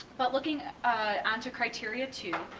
but looking on to criteria two,